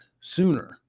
sooner